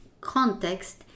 context